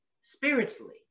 spiritually